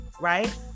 right